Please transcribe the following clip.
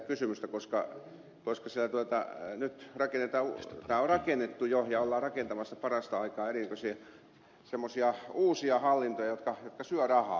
onko sitten tarkoitus jotenkin järkeistää sitä kysymystä koska on rakennettu ja ollaan rakentamassa parastaikaa eri näköisiä uusia hallintoja jotka syövät rahaa